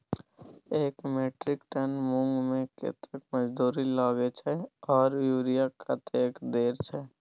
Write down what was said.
एक metric tonne मूंग में कतेक मजदूरी लागे छै आर यूरिया कतेक देर छै?